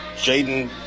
Jaden